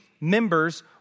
members